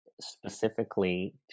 specifically